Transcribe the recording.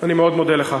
אני מאוד מודה לך.